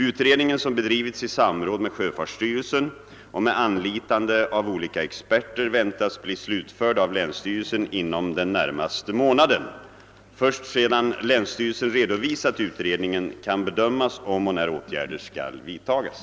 Utredningen, som bedrivits i samråd med sjöfartsstyrelsen och med anlitande av olika experter, väntas bli slutförd av länsstyrelsen inom den närmaste månaden. Först sedan länsstyrelsen redovisat utredningen kan bedömas om och när åtgärder skall vidtas.